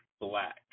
black